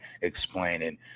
explaining